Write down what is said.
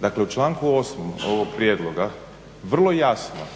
Dakle u članku 8. ovog prijedloga vrlo jasno,